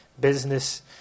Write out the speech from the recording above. business